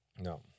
No